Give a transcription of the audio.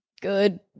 Good